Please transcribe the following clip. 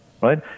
right